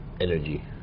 Energy